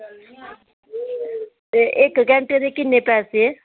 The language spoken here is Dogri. ते इक घंटे दे किन्ने पैसे